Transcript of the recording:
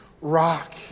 rock